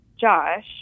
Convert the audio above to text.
Josh